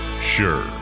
Sure